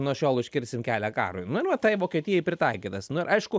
nuo šiol užkirsim kelią karui nu ir va tai vokietijai pritaikytas nu ir aišku